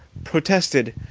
protested,